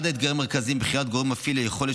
אחד האתגרים המרכזיים בבחירת גורם מפעיל הוא היכולת